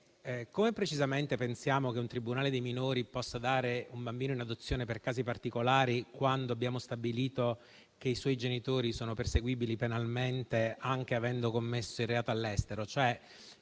precisamente, come pensiamo che un tribunale per i minorenni possa dare un bambino in adozione per casi particolari, quando abbiamo stabilito che i suoi genitori sono perseguibili penalmente, anche avendo commesso il reato all'estero?